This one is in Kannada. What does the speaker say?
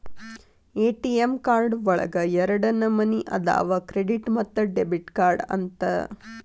ಎ.ಟಿ.ಎಂ ಕಾರ್ಡ್ ಒಳಗ ಎರಡ ನಮನಿ ಅದಾವ ಕ್ರೆಡಿಟ್ ಮತ್ತ ಡೆಬಿಟ್ ಕಾರ್ಡ್ ಅಂತ